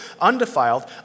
undefiled